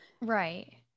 Right